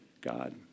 God